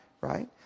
right